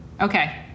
Okay